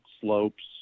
slopes